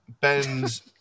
Ben's